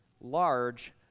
large